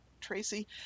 Tracy